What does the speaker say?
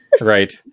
Right